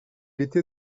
était